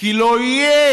כי לא יהיה.